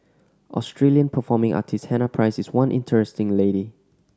Australian performing artist Hannah Price is one interesting lady